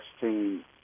team